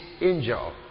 angel